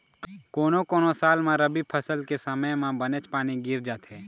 कोनो कोनो साल म रबी फसल के समे म बनेच पानी गिर जाथे